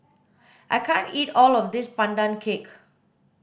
I can't eat all of this pandan cake